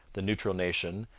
the neutral nation,